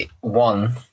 one